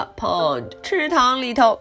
pond,池塘里头